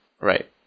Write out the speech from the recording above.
right